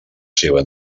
seva